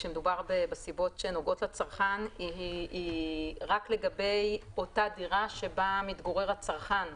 כשמדובר בסיבות שנוגעות לצרכן היא רק לגבי אותה דירה שבה מתגורר הצרכן,